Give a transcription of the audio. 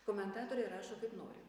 komentatoriai rašo kad nori